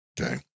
Okay